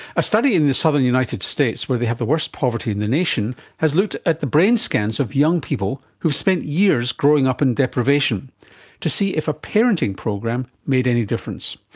a study in the southern united states where they have the worst poverty in the nation has looked at the brain scans of young people who have spent years growing up in deprivation to see if a parenting program made any difference.